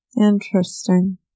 Interesting